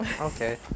Okay